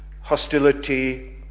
hostility